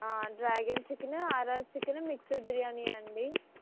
dragon chicken RR chicken mixed బిర్యానీయా అండీ